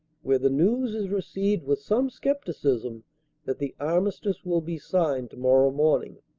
where the news is received with some scepticism that the armistice will be signed tomorrow morning.